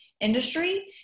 industry